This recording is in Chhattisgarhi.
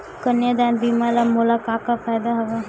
कन्यादान बीमा ले मोला का का फ़ायदा हवय?